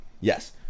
Yes